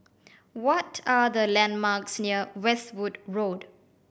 what are the landmarks near Westwood Road